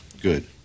Good